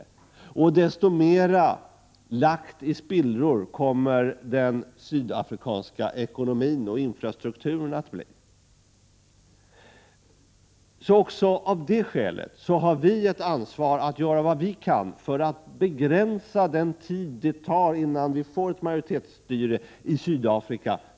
Ju längre det drar ut på tiden, desto mer lagd i spillror kommer den sydafrikanska ekonomin och infrastrukturen att bli. Också av det skälet har vi ett ansvar att göra vad vi kan för att så mycket som möjligt begränsa den tid det tar att få ett majoritetsstyre i Sydafrika.